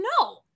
No